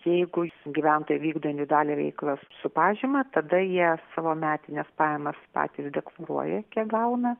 jeigu gyventojai vykdo dalį veiklos su pažyma tada jie savo metines pajamas patys deklaruoja kiek gauna